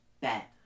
bet